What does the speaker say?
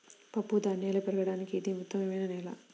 పప్పుధాన్యాలు పెరగడానికి ఇది ఉత్తమమైన నేల